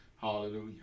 hallelujah